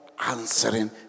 answering